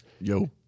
Yo